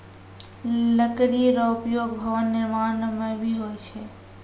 लकड़ी रो उपयोग भवन निर्माण म भी होय छै